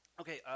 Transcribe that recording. okay